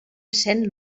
essent